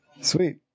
Sweet